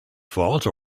false